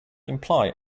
imply